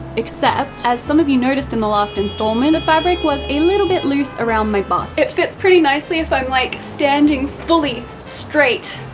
except as some of you noticed in the last installment, the fabric was a little bit loose around my bust. it fits pretty nicely if i'm like standing fully straight.